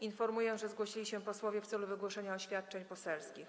Informuję, że zgłosili się posłowie w celu wygłoszenia oświadczeń poselskich.